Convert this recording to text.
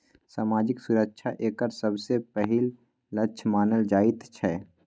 सामाजिक सुरक्षा एकर सबसँ पहिल लक्ष्य मानल जाइत छै